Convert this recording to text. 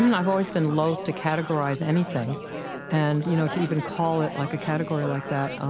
i've always been loath to categorize anything and, you know, to even call it like a category like that,